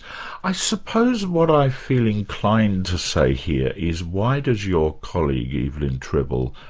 i suppose what i feel inclined to say here is why does your colleague, evelyn tribble,